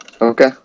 Okay